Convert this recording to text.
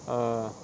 err